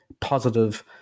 positive